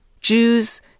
Jews